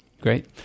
Great